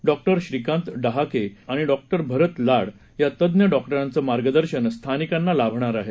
doctor Shrikant Dhahake आणि doctor Bharat Lad या तज्ञ डॉक्टरांचं मार्गदर्शन स्थानिकांना लाभणार आहे